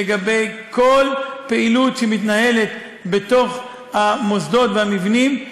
לגבי כל פעילות שמתנהלת בתוך המוסדות והמבנים.